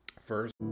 First